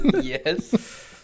Yes